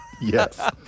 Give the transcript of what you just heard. Yes